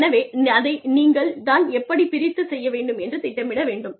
எனவே அதை நீங்கள் தான் எப்படிப் பிரித்துச் செய்ய வேண்டும் என்று திட்டமிட வேண்டும்